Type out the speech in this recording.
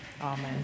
Amen